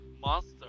monster